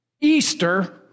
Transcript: Easter